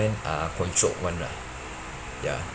uh controlled one lah ya